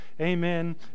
amen